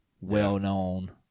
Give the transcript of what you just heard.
well-known